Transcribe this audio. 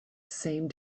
same